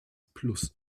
plus